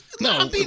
No